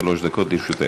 שלוש דקות לרשותך.